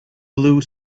blue